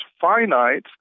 finite—